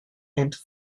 enter